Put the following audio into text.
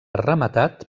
rematat